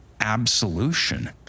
Absolution